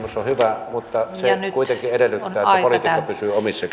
ilmastosopimus on hyvä mutta se nyt kuitenkin edellyttää että politiikka pysyy omissa